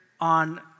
on